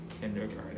kindergarten